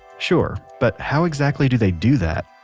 sure, but how exactly do they do that?